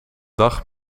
dag